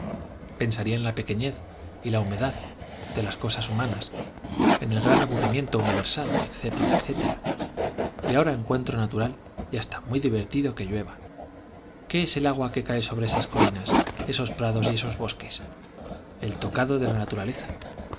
pensaría en la pequeñez y la humedad de las cosas humanas en el gran aburrimiento universal etc etc y ahora encuentro natural y hasta muy divertido que llueva qué es el agua que cae sobre esas colinas esos prados y esos bosques el tocado de la naturaleza